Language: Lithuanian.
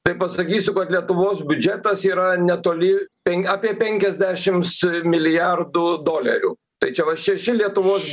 tai pasakysiu kad lietuvos biudžetas yra netoli apie penkiasdešimts milijardų dolerių tai čia vat šeši lietuvos